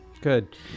Good